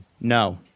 No